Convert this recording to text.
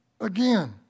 again